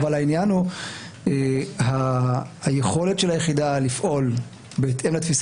העניין הוא היכולת של היחידה לפעול בהתאם לתפיסה